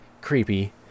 creepy